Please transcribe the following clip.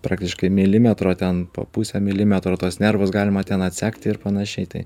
praktiškai milimetro ten pusę milimetro tuos nervus galima ten atsekti ir panašiai tai